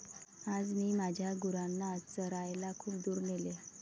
आज मी माझ्या गुरांना चरायला खूप दूर नेले